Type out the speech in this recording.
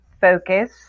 focus